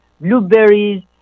blueberries